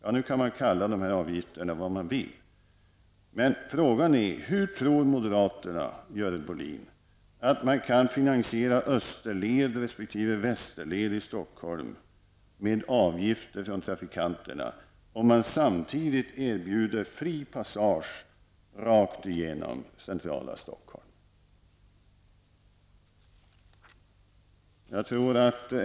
Man kan kalla avgifterna vad man vill, men frågan är, Görel Bohlin: Hur kan moderaterna tro att man kan finansiera en österled resp. västerled i Stockholm med avgifter från trafikanterna, om man samtidigt erbjuder fri passage rakt igenom centrala Stockholm?